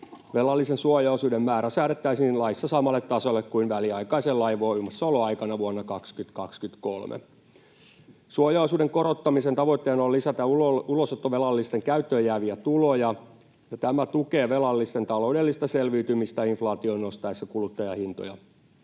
Velallisen suojaosuuden määrä säädettäisiin laissa samalle tasolle kuin väliaikaisen lain voimassaoloaikana vuonna 2023. Suojaosuuden korottamisen tavoitteena on lisätä ulosottovelallisten käyttöön jääviä tuloja, ja tämä tukee velallisten taloudellista selviytymistä inflaation nostaessa kuluttajahintoja.